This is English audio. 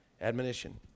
admonition